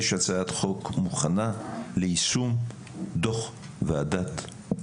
יש הצעת חוק מוכנה ליישום דו"ח ועדת ביטון.